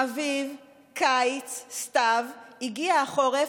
אביב, קיץ, סתיו, הגיע החורף,